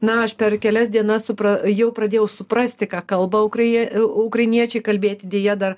na aš per kelias dienas supra jau pradėjau suprasti ką kalba ukrai ukrainiečiai kalbėti deja dar